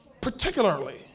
particularly